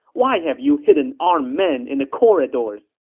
why have you hidden armed men in the corridors!